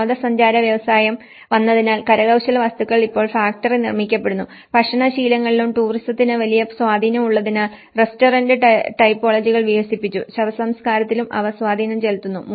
വിനോദസഞ്ചാര വ്യവസായം വന്നതിനാൽ കരകൌശലവസ്തുക്കൾ ഇപ്പോൾ ഫാക്ടറി നിർമ്മിക്കപ്പെടുന്നു ഭക്ഷണ ശീലങ്ങളിലും ടൂറിസത്തിന് വലിയ സ്വാധീനം ഉള്ളതിനാൽ റസ്റ്റോറന്റ് ടൈപ്പോളജികൾ വികസിച്ചു ശവസംസ്കാരത്തിലും അവ സ്വാതീനം ചെലുത്തുന്നു